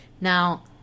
now